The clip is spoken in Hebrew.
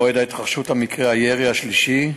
מועד התרחשות מקרה הירי השלישי,